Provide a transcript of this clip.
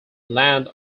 land